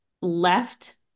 left